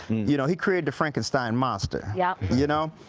you know he created the frankin stien monster. yep. you know.